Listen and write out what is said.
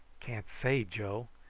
can't say, joe.